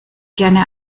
gerne